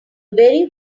very